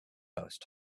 post